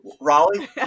Raleigh